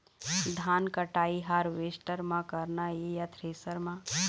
धान कटाई हारवेस्टर म करना ये या थ्रेसर म?